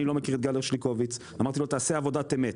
אני לא מכיר את גל הרשליקוביץ אמרתי לו תעשה עבודת אמת,